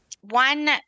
one